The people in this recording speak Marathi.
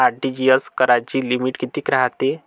आर.टी.जी.एस कराची लिमिट कितीक रायते?